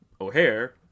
O'Hare